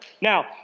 Now